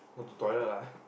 go to toilet lah